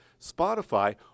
Spotify